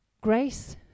Grace